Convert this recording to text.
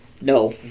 No